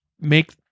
make